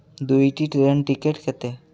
ଦୁଇଟି train ticket କେତେ